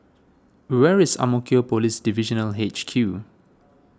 where is Ang Mo Kio Police Divisional H Q